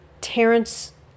Terrence